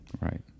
Right